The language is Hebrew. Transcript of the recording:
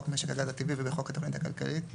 משק הגז הטבעי ובחוק התוכנית הכלכלית,